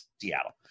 Seattle